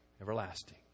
everlasting